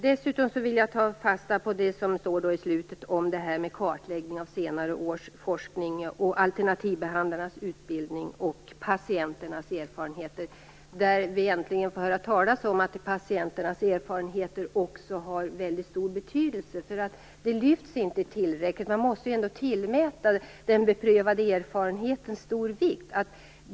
Dessutom vill jag ta fasta på det som står i slutet av svaret om en kartläggning av senare års forskning, alternativbehandlarnas utbildning och patienternas erfarenheter. Vi får nu äntligen höra att också patienternas erfarenheter har stor betydelse. Man måste ju ändå tillmäta den beprövade erfarenheten stor vikt.